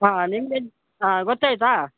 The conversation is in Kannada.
ಹಾಂ ನಿಂದೇನು ಹಾಂ ಗೊತೈತಾ